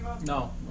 No